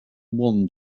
wand